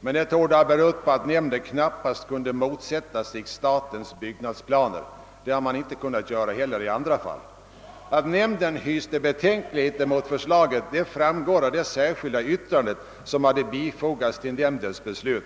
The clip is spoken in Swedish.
men det torde ha berott på att nämnden knappast kunde motsätta sig statens byggnadsplaner. Det har man inte heller kunnat göra i andra fall. Att nämnden hyst betänkligheter mot förslaget framgår av det särskilda uttalande som bifogats nämndens beslut.